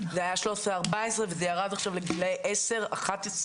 זה היה 13-14 וזה ירד עכשיו לגילאי 10-11-12,